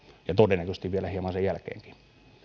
ja todennäköisesti vielä hieman sen jälkeenkin